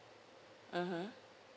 mmhmm